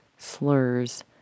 Slurs